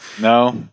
no